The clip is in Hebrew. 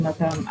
זאת אומרת,